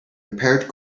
repaired